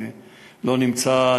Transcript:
אני לא נמצא,